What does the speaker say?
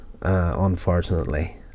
unfortunately